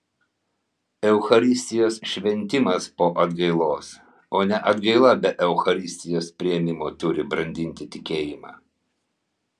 eucharistijos šventimas po atgailos o ne atgaila be eucharistijos priėmimo turi brandinti tikėjimą